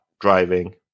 driving